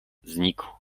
znikł